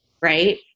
right